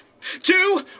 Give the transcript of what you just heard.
two